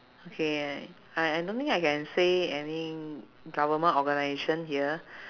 okay I I don't think I can say any government organisation here